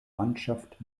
mannschaft